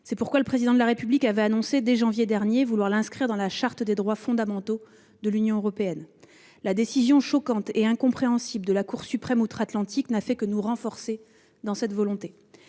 C'est pourquoi le Président de la République a annoncé, dès janvier dernier, vouloir l'inscrire dans la Charte des droits fondamentaux de l'Union européenne. La décision choquante et incompréhensible de la Cour suprême outre-Atlantique n'a fait que renforcer notre volonté